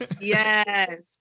Yes